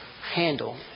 handle